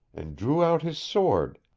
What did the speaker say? and drew out his sword,